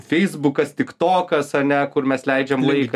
feisbukas tik tokas ane kur mes leidžiam laiką